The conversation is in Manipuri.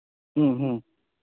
ꯎꯝ ꯎꯝ